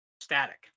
static